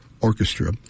orchestra